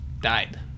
died